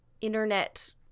internet